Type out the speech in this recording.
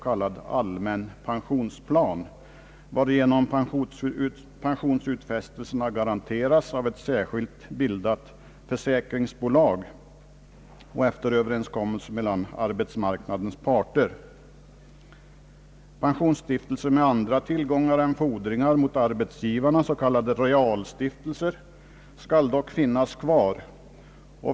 k. allmän pensionsplan, varigenom pensionsutfästelserna garanteras av ett särskilt bildat försäkringsbolag efter överenskommelse mellan arbetsmarknadens parter. Pensionsstiftelser med andra tillgångar än fordringar på arbetsgivarna, s.k. realstiftelser, skall dock finnas kvar.